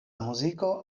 muziko